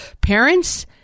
parents